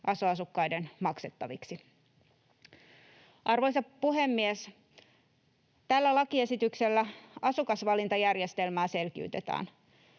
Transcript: aso-asukkaiden maksettaviksi. Arvoisa puhemies! Tällä lakiesityksellä asukasvalintajärjestelmää selkiytetään.